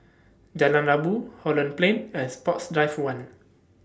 Jalan Rabu Holland Plain and Sports Drive one